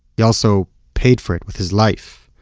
he also paid for it with his life.